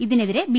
ഇതി നെതിരെ ബി